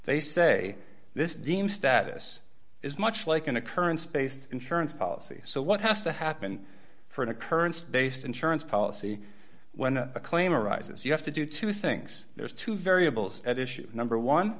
they say this deem status is much like an occurrence based insurance policy so what has to happen for an occurrence based insurance policy when a claim arises you have to do two things there's two variables at issue number one